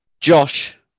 Josh